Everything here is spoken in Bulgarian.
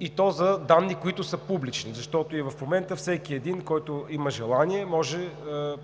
и то за данни, които са публични. Защото и в момента всеки един, който има желание, може